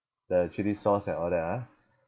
the chilli sauce and all that ah